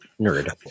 nerd